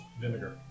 Vinegar